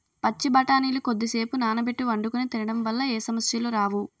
పచ్చి బఠానీలు కొద్దిసేపు నానబెట్టి వండుకొని తినడం వల్ల ఏ సమస్యలు రావు